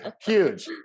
huge